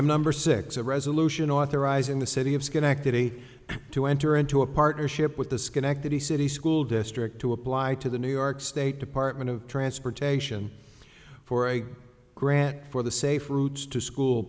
item number six a resolution authorizing the city of schenectady to enter into a partnership with the schenectady city school district to apply to the new york state department of transportation for a grant for the safe routes to school